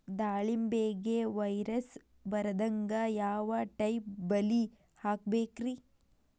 ದಾಳಿಂಬೆಗೆ ವೈರಸ್ ಬರದಂಗ ಯಾವ್ ಟೈಪ್ ಬಲಿ ಹಾಕಬೇಕ್ರಿ?